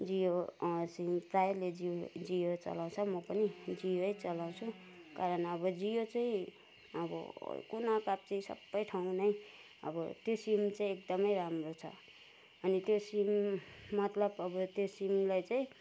Jio sim प्रायले जियो जियो चलाउँछ म पनि जियो चलाउँछु कारण अब जियो चाहिँ अब कुना काप्ची सबै ठाउँ नै अब त्यो सिम चाहिँ एकदमै राम्रो छ अनि त्यो सिम मतलब अब त्यो सिमलाई चाहिँ